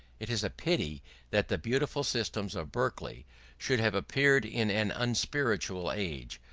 it is a pity that the beautiful system of berkeley should have appeared in an unspiritual age,